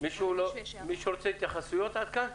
מישהו רוצה התייחסויות עד כאן?